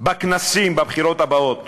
בכנסים בבחירות הבאות